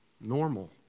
normal